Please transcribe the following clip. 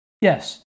Yes